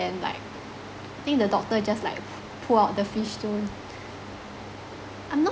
like I think the doctor just like pull out the fishbone I'm not